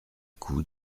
coup